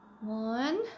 one